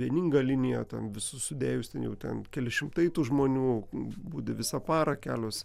vieninga linija ten visus sudėjus ten jau ten keli šimtai tų žmonių budi visą parą kelios